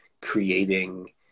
creating